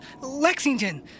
Lexington